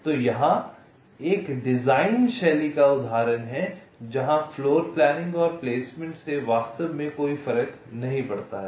तो यहाँ एक डिज़ाइन शैली का उदाहरण है जहाँ फ्लोरप्लानिंग और प्लेसमेंट से वास्तव में कोई फर्क नहीं पड़ता है